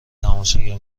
تماشاگر